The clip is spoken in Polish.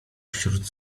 wśród